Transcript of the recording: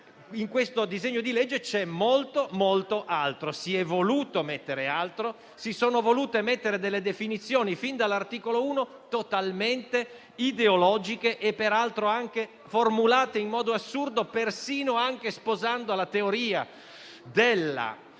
in questo disegno di legge c'è molto, molto altro; si è voluto mettere altro; si sono volute inserire delle definizioni, fin dall'articolo 1, totalmente ideologiche e peraltro anche formulate in modo assurdo, persino sposando la teoria *gender*,